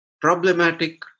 problematic